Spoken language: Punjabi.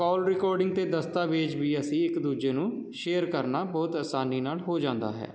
ਕੋਲ ਰਿਕਾਰਡਿੰਗ ਅਤੇ ਦਸਤਾਵੇਜ਼ ਵੀ ਅਸੀਂ ਇੱਕ ਦੂਜੇ ਨੂੰ ਸ਼ੇਅਰ ਕਰਨਾ ਬਹੁਤ ਆਸਾਨੀ ਨਾਲ ਹੋ ਜਾਂਦਾ ਹੈ